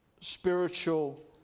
spiritual